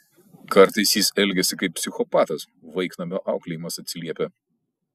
kartais jis elgiasi kaip psichopatas vaiknamio auklėjimas atsiliepia